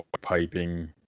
piping